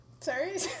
sorry